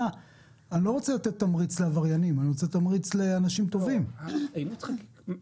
ברגע שהמשלוח מגיע לארץ, מגישים בקשה לשחרר אותו